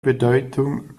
bedeutung